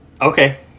Okay